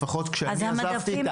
לפחות כשאני עזבתי,